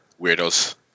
weirdos